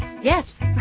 Yes